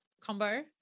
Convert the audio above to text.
combo